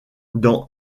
dans